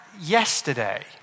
Yesterday